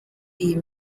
iyi